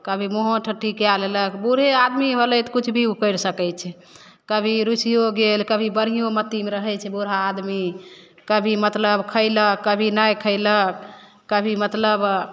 कभी मुँहो ठुट्ठी कै लेलक बूढ़े आदमी होलै तऽ किछु भी ओ करि सकै छै कभी रुसिओ गेल कभी बढ़िओ मतिमे रहै छै बूढ़ा आदमी कभी मतलब खएलक कभी नहि खएलक कभी मतलब